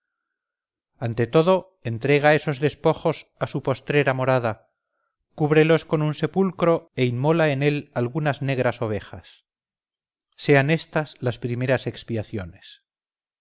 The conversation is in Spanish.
ante todo entrega esos despojos a su postrera morada cúbrelos con un sepulcro e inmola en él algunas negras ovejas sean estas las primeras expiaciones